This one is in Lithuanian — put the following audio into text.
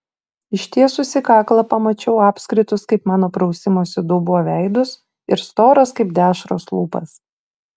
ištiesusi kaklą pamačiau apskritus kaip mano prausimosi dubuo veidus ir storas kaip dešros lūpas